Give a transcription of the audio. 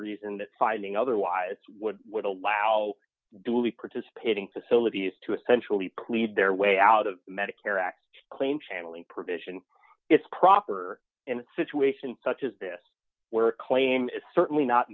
reason that finding otherwise would allow duly participating facilities to essentially plead their way out of medicare act claim channeling provision it's proper and situation such as this where a claim is certainly not